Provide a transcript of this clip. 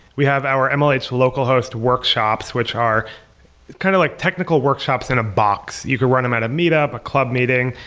we have our and mlh local host workshops, which are kind of like technical workshops in a box. you can run them at a meetup, a club meeting,